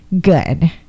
good